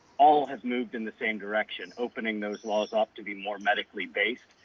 all has moved in the same direction. opening those laws ought to be more medically based.